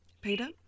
Peter